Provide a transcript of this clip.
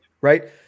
Right